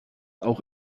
auch